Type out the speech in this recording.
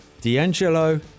D'Angelo